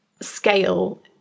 scale